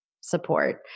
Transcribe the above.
support